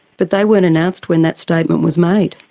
but they weren't announced when that statement was made.